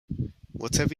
whatever